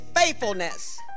faithfulness